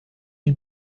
ils